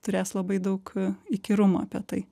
turės labai daug įkyrumo apie tai